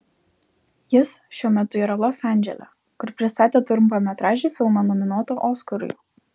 jis šiuo metu yra los andžele kur pristatė trumpametražį filmą nominuotą oskarui